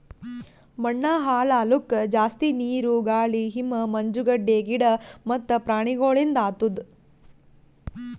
ಮಣ್ಣ ಹಾಳ್ ಆಲುಕ್ ಜಾಸ್ತಿ ನೀರು, ಗಾಳಿ, ಹಿಮ, ಮಂಜುಗಡ್ಡೆ, ಗಿಡ ಮತ್ತ ಪ್ರಾಣಿಗೊಳಿಂದ್ ಆತುದ್